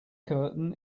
curtain